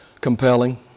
compelling